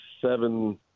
seven